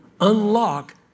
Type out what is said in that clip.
unlock